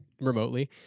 remotely